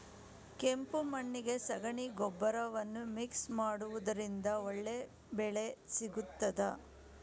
ಕೆಂಪು ಮಣ್ಣಿಗೆ ಸಗಣಿ ಗೊಬ್ಬರವನ್ನು ಮಿಕ್ಸ್ ಮಾಡುವುದರಿಂದ ಒಳ್ಳೆ ಬೆಳೆ ಸಿಗುತ್ತದಾ?